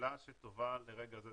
טובה לרגע זה.